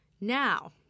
Now